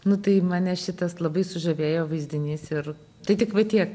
nu tai mane šitas labai sužavėjo vaizdinys ir tai tik va tiek